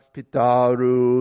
Pitaru